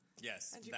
Yes